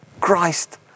Christ